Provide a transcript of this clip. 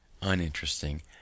uninteresting